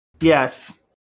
Yes